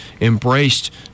embraced